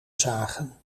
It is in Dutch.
zagen